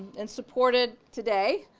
and supported today,